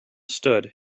stood